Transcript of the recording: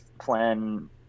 plan